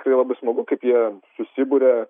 tai labai smagu kaip jie susiburia